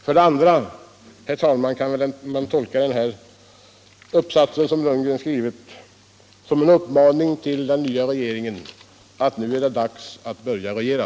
För det andra kan man, herr talman, tolka den uppsats herr Lundgren skrivit som en uppmaning till den nya regeringen att nu är det dags att börja regera.